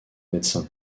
médecin